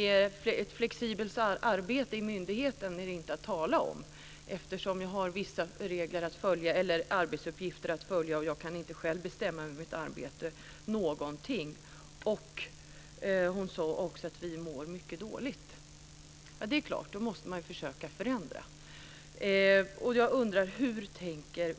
Något flexibelt arbete i myndigheten är det inte att tala om eftersom man har vissa arbetsuppgifter att följa och inte själv kan bestämma någonting över arbetet. Hon sade också att de mår mycket dåligt där. Det måste man försöka förändra. Hur